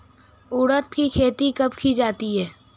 उड़द की खेती कब की जाती है?